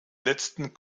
letzten